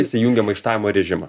jis įjungia maištavimo režimą